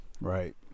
Right